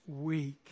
week